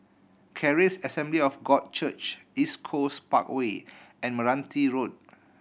Charis Assembly of God Church East Coast Parkway and Meranti Road